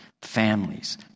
families